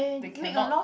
they cannot